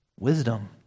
Wisdom